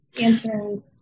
answering